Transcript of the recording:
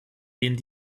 denen